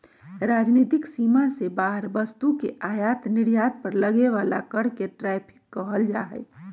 राजनीतिक सीमा से बाहर वस्तु के आयात निर्यात पर लगे बला कर के टैरिफ कहल जाइ छइ